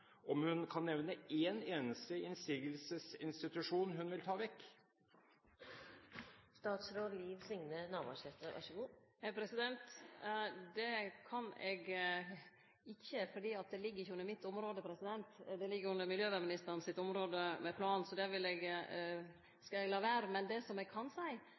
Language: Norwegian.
kan hun nevne én eneste innsigelsesinstitusjon hun vil ta vekk? Det kan eg ikkje, for det ligg ikkje under mitt område. Det ligg under miljøvernministeren sitt område – med planen – så det skal eg la vere. Men det som eg kan seie,